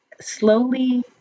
slowly